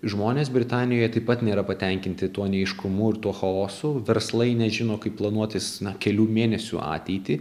žmonės britanijoje taip pat nėra patenkinti tuo neaiškumu ir tuo chaosu verslai nežino kaip planuotis na kelių mėnesių ateitį